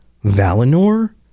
Valinor